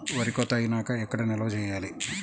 వరి కోత అయినాక ఎక్కడ నిల్వ చేయాలి?